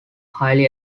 highly